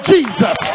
Jesus